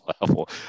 level